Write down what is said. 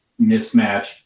mismatch